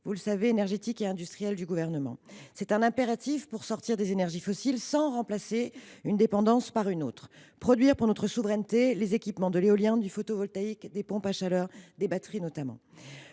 de la stratégie énergétique et industrielle du Gouvernement. Il y a là un impératif si l’on veut sortir des énergies fossiles sans remplacer une dépendance par une autre : produire, pour notre souveraineté, les équipements de l’éolien, du photovoltaïque, des pompes à chaleur, ce qui veut dire notamment